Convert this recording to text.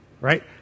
right